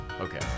Okay